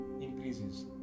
increases